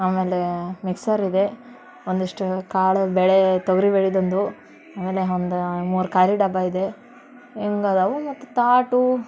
ಆಮೇಲೆ ಮಿಕ್ಸರ್ ಇದೆ ಒಂದಿಷ್ಟು ಕಾಳು ಬೇಳೆ ತೊಗರಿ ಬೇಳೆದೊಂದು ಆಮೇಲೆ ಒಂದು ಮೂರು ಖಾಲಿ ಡಬ್ಬ ಇದೆ ಹಿಂಗ್ ಇದಾವೆ ಮತ್ತು ತಾಟು